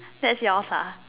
that's yours lah